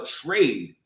trade